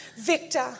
Victor